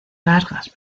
largas